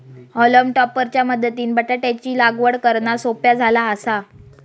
हॉलम टॉपर च्या मदतीनं बटाटयाची लागवड करना सोप्या झाला आसा